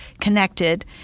connected